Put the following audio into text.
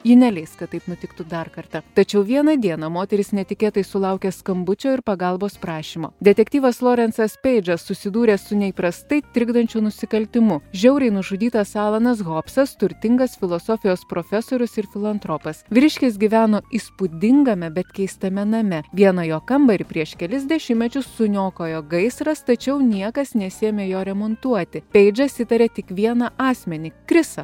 ji neleis kad taip nutiktų dar kartą tačiau vieną dieną moteris netikėtai sulaukė skambučio ir pagalbos prašymo detektyvas lorencas peidžas susidūrė su neįprastai trikdančiu nusikaltimu žiauriai nužudytas alanas hopsas turtingas filosofijos profesorius ir filantropas vyriškis gyveno įspūdingame bet keistame name vieną jo kambarį prieš kelis dešimtmečius suniokojo gaisras tačiau niekas nesiėmė jo remontuoti peidžas įtarė tik vieną asmenį krisą